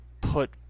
put